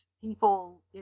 people